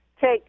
take